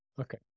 Okay